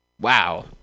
Wow